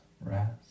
rest